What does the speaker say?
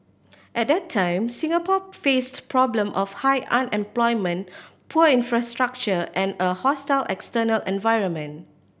at that time Singapore faced problem of high unemployment poor infrastructure and a hostile external environment